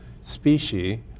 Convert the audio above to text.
species